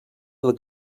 del